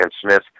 Smith